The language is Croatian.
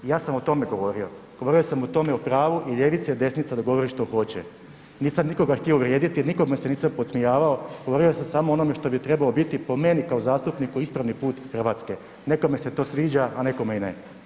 Ja sam o tome govorio, govorio sam o tome o pravu i ljevica i desnica da govore što hoće, nisam nikoga htio uvrijediti, nikome se nisam podsmijevao, govorio sam samo o onome što bi trebalo biti po meni kao zastupniku ispravni put RH, nekome se to sviđa, a nekome i ne.